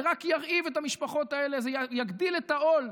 זה רק ירעיב את המשפחות האלה, זה יגדיל את העול.